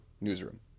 newsroom